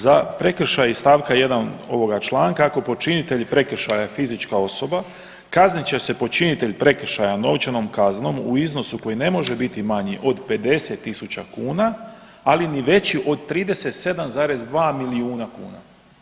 Za prekršaj iz stavka 1. ovoga članka, ako je počinitelj prekršaja fizička osoba, kaznit će se počinitelj prekršaja novčanom kaznom u iznosu koji ne može biti manji od 50 tisuća kuna, ali ni veći od 37,2 milijuna kuna.